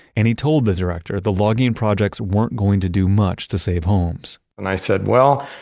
and he told the director the logging projects weren't going to do much to save homes. and i said well